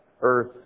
earth